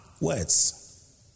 Words